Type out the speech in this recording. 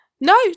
No